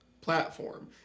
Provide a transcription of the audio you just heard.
platform